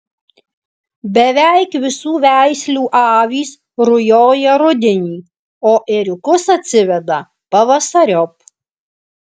beveik visų veislių avys rujoja rudenį o ėriukus atsiveda pavasariop